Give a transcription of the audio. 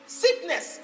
sickness